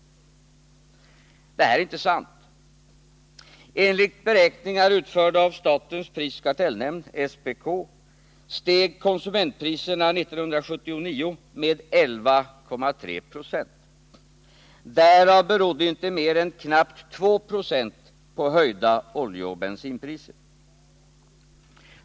Detta är inte sant. Enligt beräkningar utförda av statens prisoch kartellnämnd, SPK, steg konsumentpriserna 1979 med 11,3 26. Därav berodde inte mer än knappt 2 96 på höjda oljeoch bensinpriser.